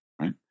right